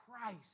Christ